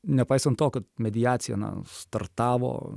nepaisant to kad mediacija na startavo